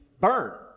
burn